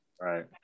right